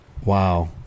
Wow